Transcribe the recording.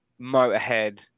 motorhead